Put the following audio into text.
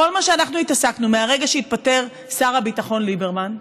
כל מה שאנחנו התעסקנו בו מהרגע שהתפטר שר הביטחון ליברמן,